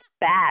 bad